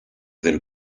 del